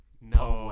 No